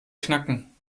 knacken